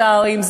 פרלמנטריים,